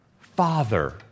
Father